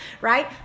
right